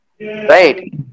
Right